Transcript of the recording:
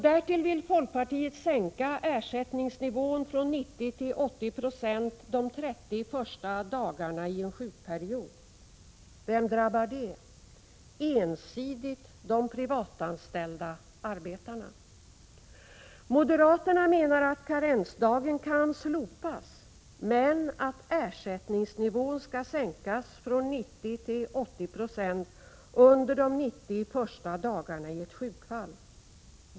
Därtill vill folkpartiet sänka ersättningsnivån från 90 till 80 26 de 30 första dagarna i en sjukperiod. Vem drabbar det? Det drabbar ensidigt de privatanställda arbetarna. Moderaterna menar att karensdagen kan slopas men att ersättningsnivån skall sänkas från 90 till 80 26 under de 90 första dagarna i ett sjukfall.